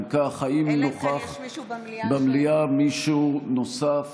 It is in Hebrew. אם כך, האם נוכח במליאה מישהו נוסף